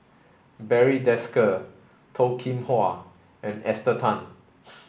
Barry Desker Toh Kim Hwa and Esther Tan